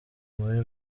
muri